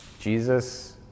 Jesus